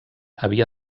havia